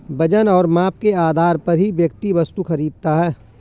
वजन और माप के आधार पर ही व्यक्ति वस्तु खरीदता है